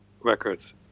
Records